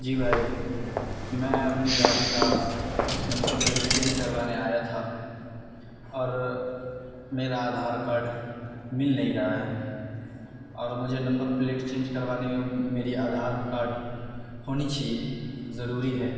جی بھائی میں اپنی گاڑی کا نمبر پلیٹ چینج کروانے آیا تھا اور میرا آدھار کاڈ مل نہیں رہا ہے اور مجھے نمبر پلیٹ چینج کروانے میں میری آدھار کاڈ ہونی چاہیے ضروری ہے